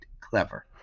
clever